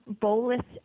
bolus